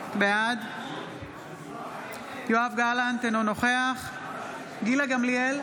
בעד יואב גלנט, אינו נוכח גילה גמליאל,